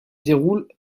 déroulent